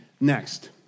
next